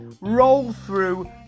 roll-through